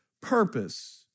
purpose